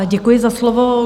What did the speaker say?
Děkuji za slovo.